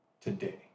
Today